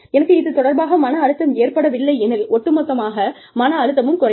எனக்கு இது தொடர்பாக மன அழுத்தம் ஏற்படவில்லை எனில் ஒட்டுமொத்த மன அழுத்தமும் குறையும்